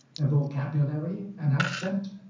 a vocabulary, an accent,